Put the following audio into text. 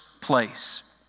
place